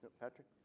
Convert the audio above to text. Patrick